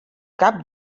cap